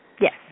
Yes